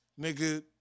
nigga